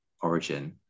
origin